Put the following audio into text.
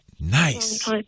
Nice